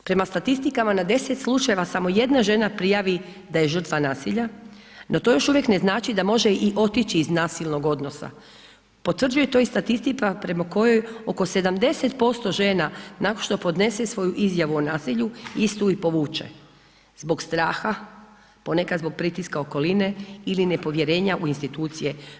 Prema statistikama na 10 slučajeva samo jedan žena prijavi da je žrtva nasilja, no to još uvijek ne znači da može i otići iz nasilnog odnosa, potvrđuje to i statistika prema kojoj oko 70% žena nakon što podnese svoju izjavu o nasilju, istu i povuče zbog straha, ponekad zbog pritiska okoline ili nepovjerenja u institucije.